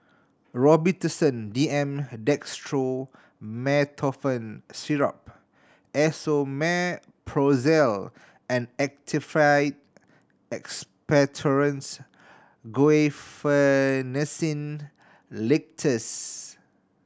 Robitussin D M Dextromethorphan Syrup Esomeprazole and Actified Expectorants Guaiphenesin Linctus